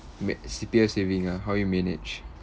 ma~ C_P_F saving ah how you manage